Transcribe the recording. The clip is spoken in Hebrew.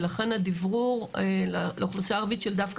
ולכן הדיברור לאוכלוסיה הערבית של דווקא